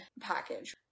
package